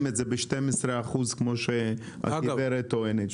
את זה ב-12 אחוזים כמו שהגברת טוענת.